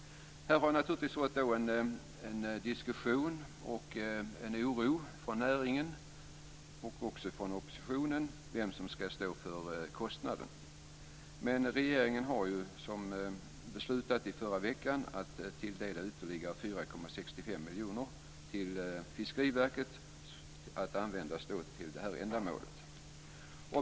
Här har vi fått en diskussion och en oro från näringen och också från oppositionen om vem som skall stå för kostnaderna. Regeringen har i förra veckan beslutat att tilldela ytterligare 4,65 miljoner till Fiskeriverket att användas till detta ändamål.